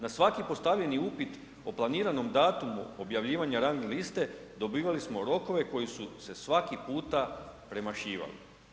Na svaki postavljeni upit o planiranom datumu objavljivanja rang liste dobivali smo rokove koji su se svaki puta premašivali.